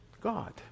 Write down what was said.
God